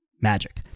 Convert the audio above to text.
magic